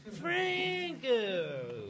Franco